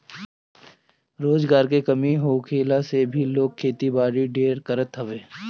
रोजगार के कमी होखला से भी लोग खेती बारी ढेर करत हअ